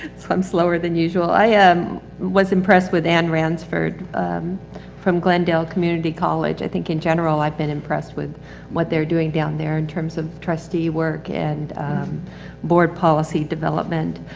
so i'm slower than usual. i um was impressed with ann ransford from glendale community college. i think in general i've been impressed with what they're doing down there in terms of trustee work and board policy development.